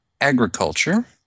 agriculture